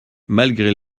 malgré